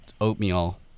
oatmeal